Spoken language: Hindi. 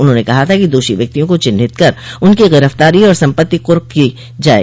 उन्होंने कहा था कि दोषी व्यक्तियों को चिन्हित कर उनकी गिरफ़्तारी और सम्पत्ति क़र्क की जाये